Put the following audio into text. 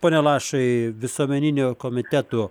pone lašai visuomeninių komitetų